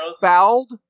fouled